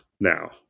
now